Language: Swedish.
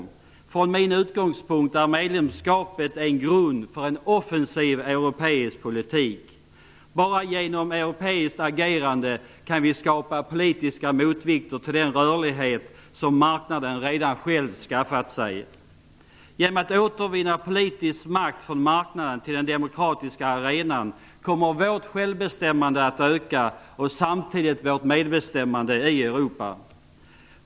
Från min utgångspunkt är medlemskapet en grund för en offensiv europeisk politik. Bara genom europeiskt agerande kan vi skapa politiska motvikter till den rörlighet som marknaden redan själv skaffat sig. Genom att återvinna politisk makt från marknaden till den demokratiska arenan kommer vårt självbestämmande att öka och samtidigt vårt medbestämmande i Europa.